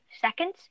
seconds